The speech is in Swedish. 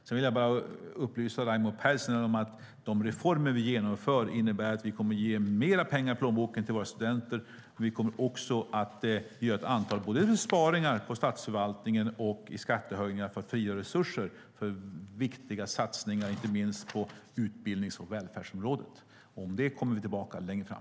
Jag vill upplysa Raimo Pärssinen om att de reformer vi genomför innebär att vi kommer att ge mer pengar i plånboken till våra studenter. Vi kommer också att göra ett antal besparingar på statsförvaltningen och med skattehöjningar för att frigöra resurser för viktiga satsningar inte minst på utbildnings och välfärdsområdet. Om det kommer vi tillbaka längre fram.